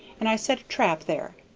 and i set a trap there,